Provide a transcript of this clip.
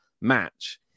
match